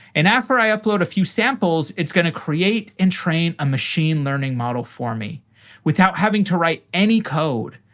and after i upload a few samples, it's going to create and train a machine learning model for me without having to write any code.